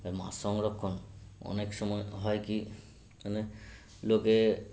মাছ সংরক্ষণ অনেক সময় হয় কী মানে লোকে